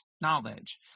knowledge